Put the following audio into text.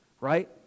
Right